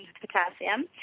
potassium